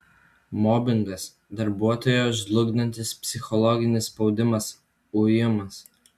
mobingas darbuotoją žlugdantis psichologinis spaudimas ujimas